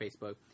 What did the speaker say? Facebook